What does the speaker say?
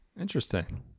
Interesting